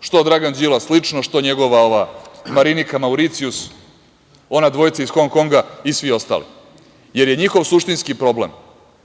što Dragan Đilas lično, što njegova ova Marinika Mauricijus, ona dvojica iz Hong Konga i svi ostali. Jer, je njihov suštinski problem